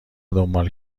دنبال